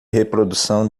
reprodução